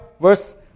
verse